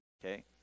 Okay